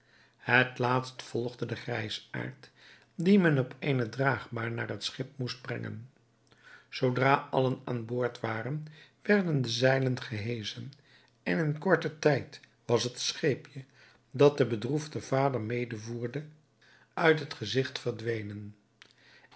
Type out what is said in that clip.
het laatst volgde de grijsaard dien men op eenen draagbaar naar het schip moest brengen zoodra allen aan boord waren werden de zeilen geheschen en in korten tijd was het scheepje dat den bedroefden vader mede voerde uit het gezigt verdwenen